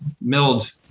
milled